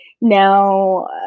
now